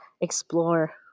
explore